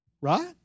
Right